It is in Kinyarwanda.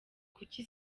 kuki